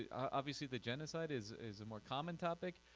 obviously the genocide is is a more common topic,